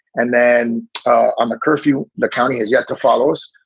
and then on the curfew, the county has yet to follow us.